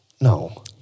No